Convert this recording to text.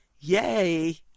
Yay